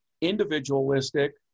individualistic